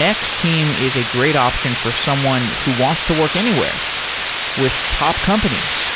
x-team is a great option for someone who wants to work anywhere with top companies